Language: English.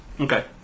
Okay